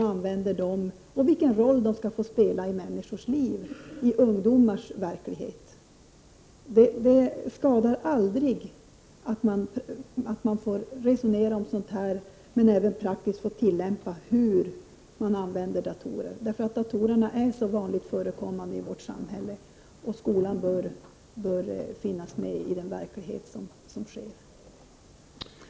Hur används datorerna, och vilken roll skall de få spela i människors liv, i den verklighet som ungdomarna lever i? Det skadar aldrig att man resonerar om sådana här saker. Vidare är det viktigt att man får praktiska erfarenheter av hur datorerna används. De är ju så vanligt förekommande i vårt samhälle. Skolan bör således få utgöra en del av den verklighet som gäller.